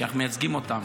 כי אנחנו מייצגים אותם.